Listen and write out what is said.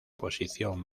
posición